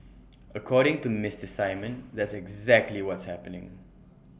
according to Mister simon that's exactly what's happening